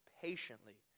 patiently